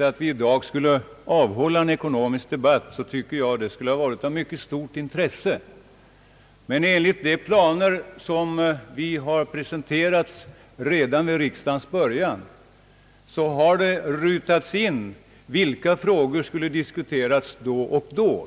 att vi skulle hålla en ekonomisk debatt här i dag, anser jag detta varit av mycket stort intresse. Men enligt de planer som presenterades redan vid riksdagens början har det rutats in vilka frågor som skulle diskuteras då och då.